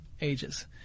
ages